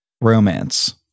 Romance